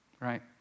Right